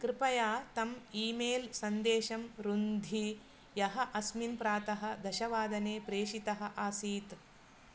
कृपया तम् ईमेल् सन्देशं रुन्द्धि यः अस्मिन् प्रातः दशवादने प्रेषितः आसीत्